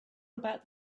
about